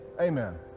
Amen